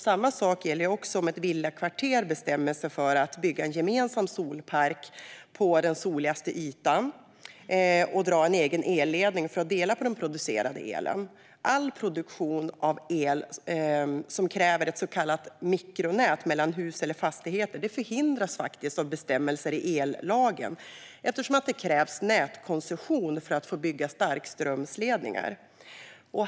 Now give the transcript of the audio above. Samma sak gäller om ett villakvarter bestämmer sig för att bygga en gemensam solpark på den soligaste ytan och dra en egen elledning för att dela på den producerade elen. All produktion av el som kräver ett så kallat mikronät mellan hus eller fastigheter förhindras av bestämmelser i ellagen eftersom det krävs nätkoncession för att få bygga starkströmsledningar.